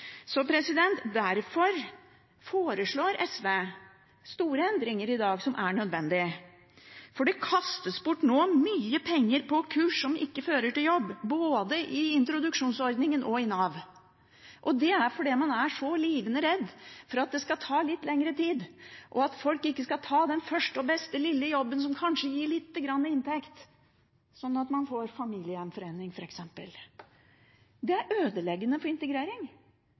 Derfor foreslår SV store endringer i dag, som er nødvendig, for nå kastes det bort mye penger på kurs som ikke fører til jobb, både i introduksjonsordningen og i Nav, fordi man er så livende redd for at det skal ta litt lengre tid, og at folk ikke skal ta den første og beste lille jobben som kanskje gir lite grann inntekt, sånn at man får familiegjenforening f.eks. Det er ødeleggende for